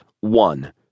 one